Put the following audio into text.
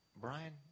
Brian